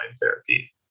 therapy